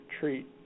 treat